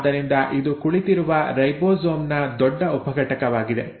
ಆದ್ದರಿಂದ ಇದು ಕುಳಿತಿರುವ ರೈಬೋಸೋಮ್ ನ ದೊಡ್ಡ ಉಪಘಟಕವಾಗಿದೆ